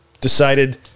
decided